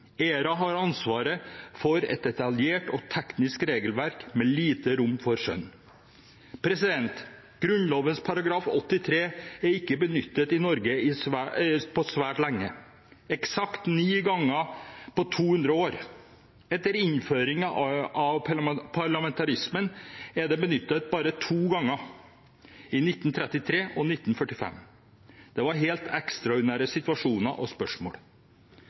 ERA har ansvaret for et detaljert og teknisk regelverk med lite rom for skjønn. Grunnloven § 83 er ikke benyttet i Norge på svært lenge – eksakt ni ganger på 200 år. Etter innføringen av parlamentarismen er den benyttet bare to ganger – i 1933 og 1945. Det var helt ekstraordinære situasjoner og spørsmål.